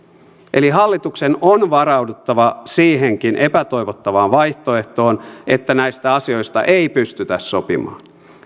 eli hallituksen on varauduttava siihenkin epätoivottavaan vaihtoehtoon että näistä asioista ei pystytä sopimaan